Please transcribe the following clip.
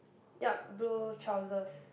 yup blue trousers